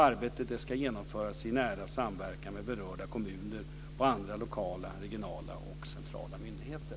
Arbetet ska genomföras i nära samverkan med berörda kommuner och andra lokala, regionala och centrala myndigheter.